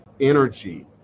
energy